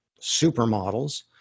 supermodels